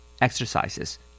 Exercises